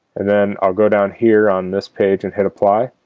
and then i'll go down here on this page and hit apply